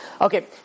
Okay